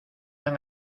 han